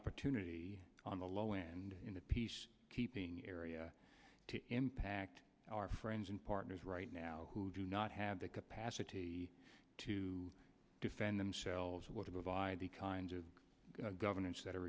opportunity on the low end in the peace keeping area to impact our friends and partners right now who do not have the capacity to defend themselves will divide the kinds of governance that are